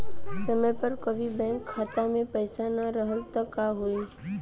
समय पर कभी बैंक खाता मे पईसा ना रहल त का होई?